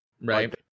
Right